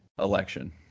election